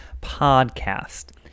podcast